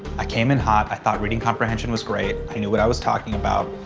i came in hot. i thought reading comprehension was great. i knew what i was talking about.